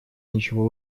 ничего